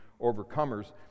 overcomers